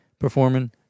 Performing